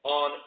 on